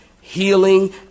healing